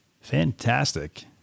Fantastic